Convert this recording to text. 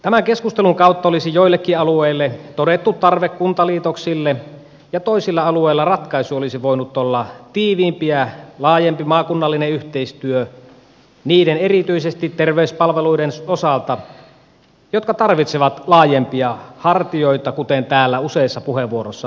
tämän keskustelun kautta olisi joillekin alueille todettu tarve kuntaliitoksille ja toisilla alueilla ratkaisu olisi voinut olla tiiviimpi ja laajempi maakunnallinen yhteistyö erityisesti niiden terveyspalveluiden osalta jotka tarvitsevat laajempia hartioita kuten täällä useissa puheenvuoroissa on todettu